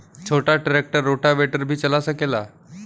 छोटा tractor rotavator भी चला सकेला?